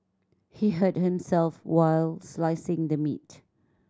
he hurt himself while slicing the meat